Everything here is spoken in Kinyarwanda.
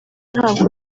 ntabwo